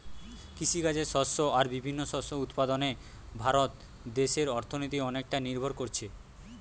কৃষিকাজের শস্য আর বিভিন্ন শস্য উৎপাদনে ভারত দেশের অর্থনীতি অনেকটা নির্ভর কোরছে